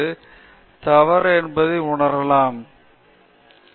தீவிரமாகப் போராடுவதற்கு இது ஒரு சிறந்த வழியாகும் என்று நான் புரிந்து கொள்கிறேன்